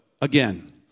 again